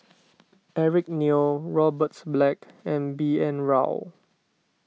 Eric Neo Robert Black and B N Rao